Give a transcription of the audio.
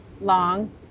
long